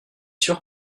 sûr